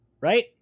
right